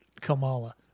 Kamala